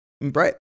Right